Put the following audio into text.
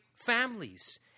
families